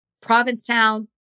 Provincetown